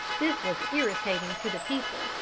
this was irritating to the people,